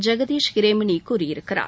ஜெகதீஷ் ஹிரேமணி கூறியிருக்கிறார்